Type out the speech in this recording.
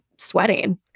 Sweating